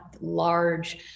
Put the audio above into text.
large